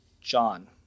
John